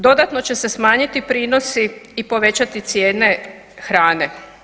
Dodatno će se smanjiti prinosi i povećati cijene hrane.